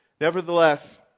Nevertheless